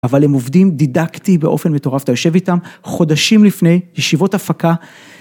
אבל הם עובדים דידקטי באופן מטורף, אתה יושב איתם חודשים לפני, ישיבות הפקה.